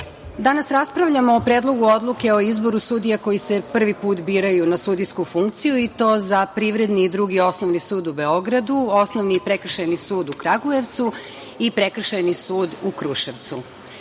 danas raspravljamo o Predlogu odluke o izboru sudija koji se prvi put biraju na sudijsku funkciju i to za Privredni i Drugi osnovni sud u Beogradu, Osnovni i Prekršajni sud u Kragujevcu i Prekršajni sud u Kruševcu. Mi